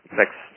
next